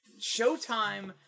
Showtime